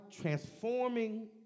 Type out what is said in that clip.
transforming